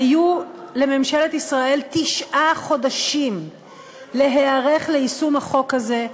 היו לממשלת ישראל תשעה חודשים להיערך ליישום החוק הזה,